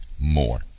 more